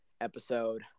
episode